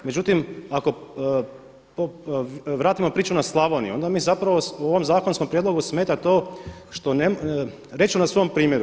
Međutim, ako vratimo priču na Slavoniju onda mi zapravo u ovom zakonskom prijedlogu smeta to što, reći ću na svom primjeru.